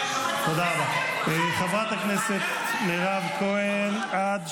--- חברת הכנסת מירב כהן, עד